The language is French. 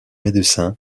médecin